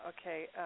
okay